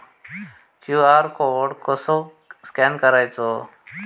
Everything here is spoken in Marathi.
क्यू.आर कोड कसो स्कॅन करायचो?